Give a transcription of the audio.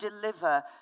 deliver